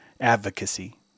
Advocacy